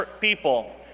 people